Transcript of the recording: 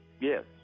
yes